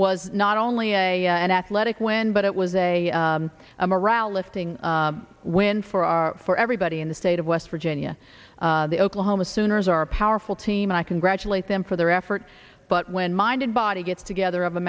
was not only a an athletic when but it was a a morale lifting win for our for everybody in the state of west virginia the oklahoma sooners are a powerful team i congratulate them for their effort but when mind and body gets together of